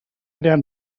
crear